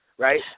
Right